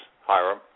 Hiram